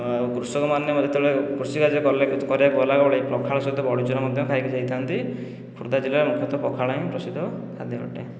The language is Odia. ଆଉ କୃଷକମାନେ ଯେତେବେଳେ କୃଷି କାର୍ଯ୍ୟ କରିବାକୁ ଗଲାବେଳେ ପଖାଳ ସହିତ ବଡ଼ି ଚୁରା ମଧ୍ୟ ଖାଇକି ଯାଇଥାଆନ୍ତି ଖୋର୍ଦ୍ଧା ଜିଲ୍ଲାରେ ମୁଖ୍ୟତଃ ପଖାଳ ହିଁ ପ୍ରସିଦ୍ଧ ଖାଦ୍ୟ ଅଟେ